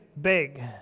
big